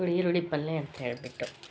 ಈರುಳ್ಳಿ ಪಲ್ಲೆ ಅಂತ ಹೇಳ್ಬಿಟ್ಟು